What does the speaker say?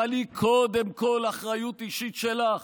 אבל היא קודם כול אחריות אישית שלך.